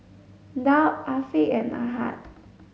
Daud Afiq and Ahad